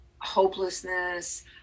hopelessness